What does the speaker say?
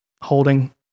holding